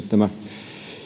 tämä